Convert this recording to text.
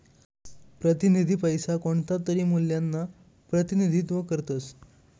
प्रतिनिधी पैसा कोणतातरी मूल्यना प्रतिनिधित्व करतस